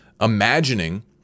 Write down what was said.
imagining